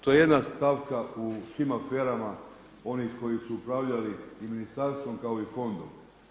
To je jedna stavka u svim aferama onih koji su upravljali ministarstvom kao i fondom.